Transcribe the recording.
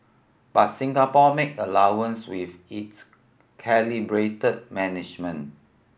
but Singapore make allowance with its calibrated management